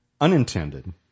unintended